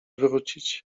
wrócić